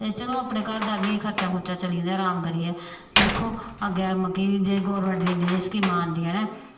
ते चलो अपने घर दा बी खर्चा खुर्चा चली जंदा ऐ राम करियै दिक्खो अग्गैं कि जे गौरमेंट दियां जनेही स्कीमां आंदियां न